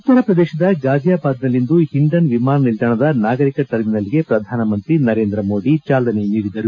ಉತ್ತರ ಪ್ರದೇಶದ ಗಾಜಿಯಾಬಾದ್ನಲ್ಲಿಂದು ಹಿಂಡನ್ ವಿಮಾನ ನಿಲ್ದಾಣದ ನಾಗರಿಕ ಟರ್ಮಿನಲ್ಗೆ ಪ್ರಧಾನಮಂತ್ರಿ ನರೇಂದ್ರ ಮೋದಿ ಚಾಲನೆ ನೀಡಿದರು